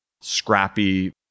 scrappy